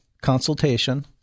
consultation